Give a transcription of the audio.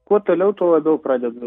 kuo toliau tuo labiau pradedu